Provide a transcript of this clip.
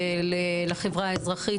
לחברה האזרחית,